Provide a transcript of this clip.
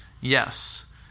yes